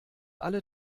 alle